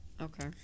Okay